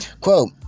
Quote